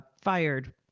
fired